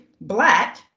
black